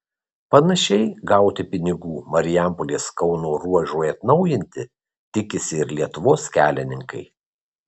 panašiai gauti pinigų marijampolės kauno ruožui atnaujinti tikisi ir lietuvos kelininkai